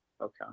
Okay